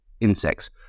Insects